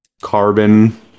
carbon